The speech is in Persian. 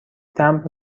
تمبر